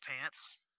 pants